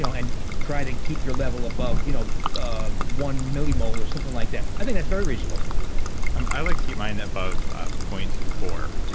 so and try to keep your level above you know ah one millimole or something like that. i think that's very reasonable and i like to keep mine above zero ah point four